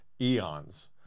eons